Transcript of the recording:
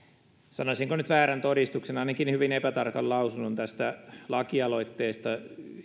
sanoisinko väärän todistuksen tai ainakin hyvin epätarkan lausunnon lakialoitteestani